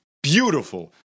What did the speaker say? beautiful